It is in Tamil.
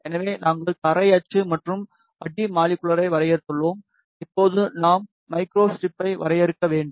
எனவே நாங்கள் தரை அச்சு மற்றும் அடி மாலிகுலர்ரை வரையறுத்துள்ளோம் இப்போது நாம் மைக்ரோஸ்டிரிப்பை வரையறுக்க வேண்டும்